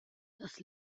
das